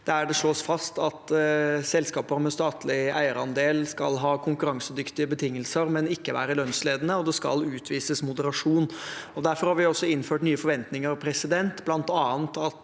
der det slås fast at selskaper med statlig eierandel skal ha konkurransedyktige betingelser, men ikke være lønnsledende, og det skal utvises moderasjon. Derfor har vi også innført nye forventninger – bl.a. at